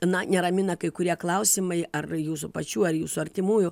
na neramina kai kurie klausimai ar jūsų pačių ar jūsų artimųjų